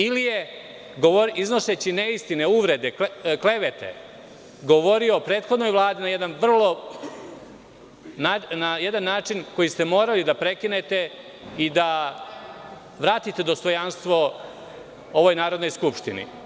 Ili je iznoseći neistine, uvrede, klevete, govorio o prethodnoj Vladi na jedan način koji ste morali da prekinete i da vratite dostojanstvo ovoj Narodnoj skupštini.